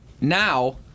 now